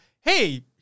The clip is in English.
hey